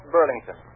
Burlington